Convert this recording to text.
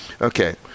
Okay